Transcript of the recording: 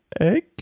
egg